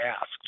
asked